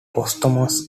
posthumous